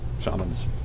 shamans